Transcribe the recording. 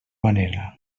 manera